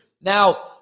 Now